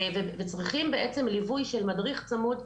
וצריכים בעצם ליווי של מדריך צמוד,